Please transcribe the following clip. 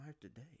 today